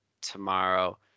tomorrow